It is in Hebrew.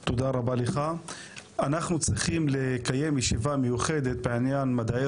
אנחנו צריכים לקיים ישיבה מיוחדת בעניין מדעי